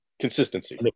consistency